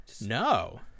No